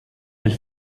elle